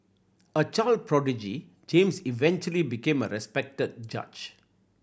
a child prodigy James eventually became a respected judge